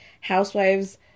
housewives